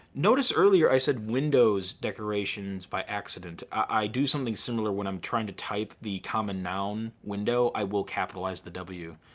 notice earlier i said windows decorations by accident. i do something similar when i'm trying to type the common noun, window. i will capitalize the w.